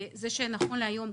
זה שנכון להיום,